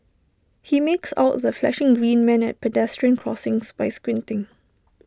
he makes out the flashing green man at pedestrian crossings by squinting